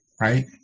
right